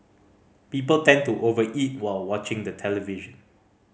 people tend to over eat while watching the television